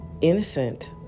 innocent